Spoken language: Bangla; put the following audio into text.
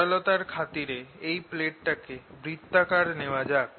সরলতার খাতিরে এই প্লেটটাকে বৃত্তাকার নেওয়া যাক